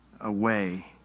away